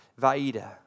Vaida